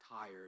tired